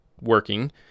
working